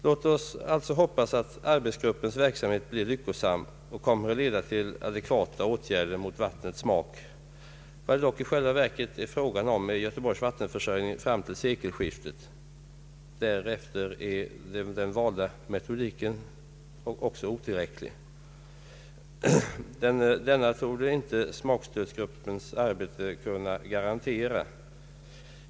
Låt oss alltså hoppas att arbetsgruppens verksamhet blir lyckosam och kommer att leda till adekvata åtgärder mot vattnets smak. I själva verket är det dock fråga om Göteborgs vattenförsörjning fram till sekelskiftet — därefter är också den valda metodiken otillräcklig. Denna försörjning torde inte smakstötsgruppens arbete kunna garantera.